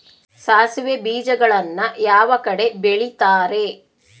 ಸಾಸಿವೆ ಬೇಜಗಳನ್ನ ಯಾವ ಕಡೆ ಬೆಳಿತಾರೆ?